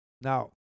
Now